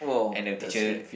and the teacher